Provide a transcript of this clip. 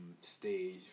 stage